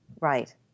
Right